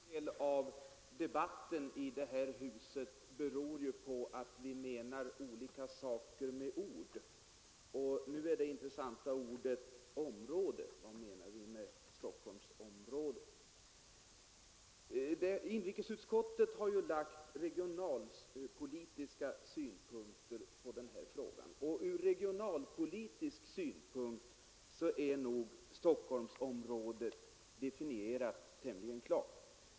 Herr talman! En hel del av debatten i detta hus beror på att vi lägger olika innebörd i ord. Nu är det intressanta ordet ”område”. Vad menas med Stockholmsområdet? Inrikesutskottet har lagt regionalpolitiska synpunkter på frågan, och ur regionalpolitisk synpunkt är Stockholmsområdet tämligen klart definierat.